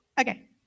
Okay